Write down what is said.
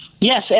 Yes